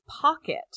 pocket